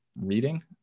reading